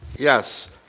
yes,